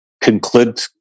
conclude